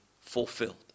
fulfilled